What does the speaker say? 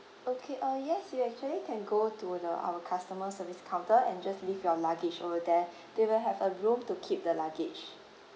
okay uh yes you actually can go to the our customer service counter and just leave your luggage over there they will have a room to keep the luggage